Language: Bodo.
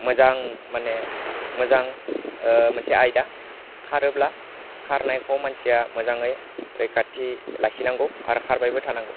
मोजां माने मोजां मोनसे आयदा खारोब्ला खारनायखौ मानसिया मोजाङै रैखाथि लाखिनांगौ आरो खारबायबो थानांगौ